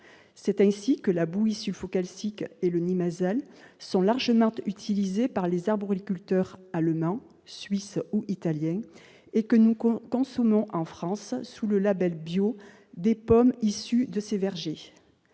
C'est ainsi que la bouillie sulfocalcique et le Neemazal sont largement utilisés par les arboriculteurs allemands, suisses ou italiens et que nous consommons en France, sous le label bio, des pommes issues de ces vergers.